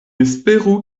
esperu